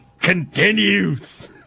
continues